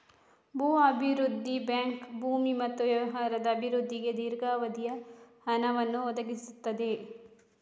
ಭೂ ಅಭಿವೃದ್ಧಿ ಬ್ಯಾಂಕ್ ಭೂಮಿ ಮತ್ತು ವ್ಯವಹಾರದ ಅಭಿವೃದ್ಧಿಗೆ ದೀರ್ಘಾವಧಿಯ ಹಣವನ್ನು ಒದಗಿಸುತ್ತದೆ